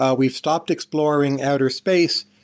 ah we've stopped exploring outer space,